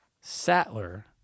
Sattler